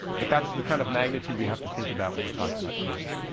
but that's the kind of magnitude we have to think about when we're talking about energy.